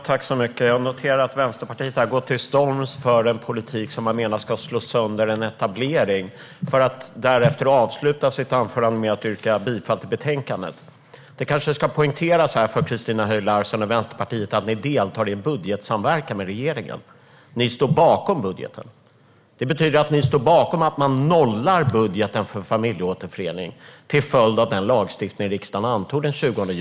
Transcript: Herr talman! Jag noterar att ni i Vänsterpartiet går till storms mot den politik som man menar ska slå sönder en etablering, för att därefter avsluta anförandet med att yrka bifall till utskottets förslag. Det kanske ska poängteras för Christina Höj Larsen och Vänsterpartiet att ni deltar i budgetsamverkan med regeringen. Ni står bakom budgeten. Det betyder att ni står bakom att man nollar budgeten för familjeåterförening, till följd av den lagstiftning riksdagen antog den 20 juni.